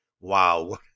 Wow